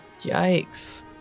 Yikes